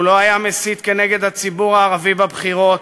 הוא לא היה מסית נגד הציבור הערבי בבחירות.